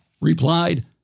replied